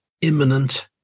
imminent